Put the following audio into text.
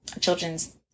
children's